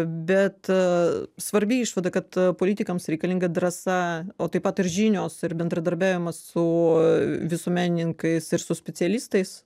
bet svarbi išvada kad politikams reikalinga drąsa o taip pat ir žinios ir bendradarbiavimas su visuomenininkais ir su specialistais